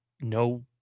no